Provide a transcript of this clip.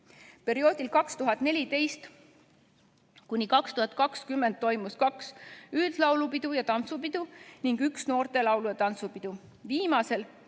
Perioodil 2014–2020 toimus kaks üldlaulupidu ja -tantsupidu ning üks noorte laulu- ja tantsupidu.